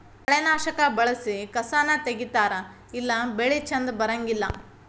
ಕಳೆನಾಶಕಾ ಬಳಸಿ ಕಸಾನ ತಗಿತಾರ ಇಲ್ಲಾ ಬೆಳಿ ಚಂದ ಬರಂಗಿಲ್ಲಾ